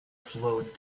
flowed